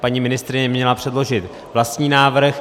Paní ministryně měla předložit vlastní návrh.